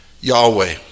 Yahweh